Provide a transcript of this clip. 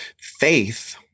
Faith